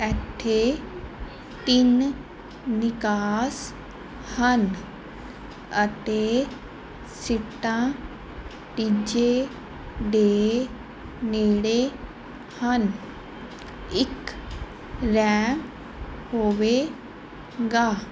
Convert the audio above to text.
ਇੱਥੇ ਤਿੰਨ ਨਿਕਾਸ ਹਨ ਅਤੇ ਸੀਟਾਂ ਤੀਜੇ ਦੇ ਨੇੜੇ ਹਨ ਇੱਕ ਰੈਂਪ ਹੋਵੇਗਾ